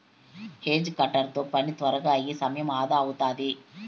hedge cutter తో పని త్వరగా అయి సమయం అదా అవుతాది